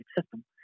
system